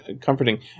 comforting